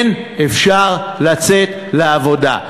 כן, אפשר לצאת לעבודה.